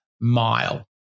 mile